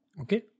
Okay